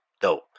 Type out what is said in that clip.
Dope